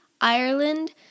Ireland